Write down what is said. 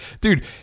Dude